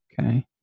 okay